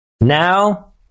Now